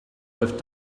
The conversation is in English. with